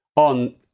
on